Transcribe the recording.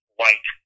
white